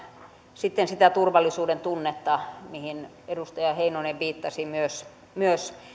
sitten sitä turvallisuudentunnetta mihin myös edustaja heinonen viittasi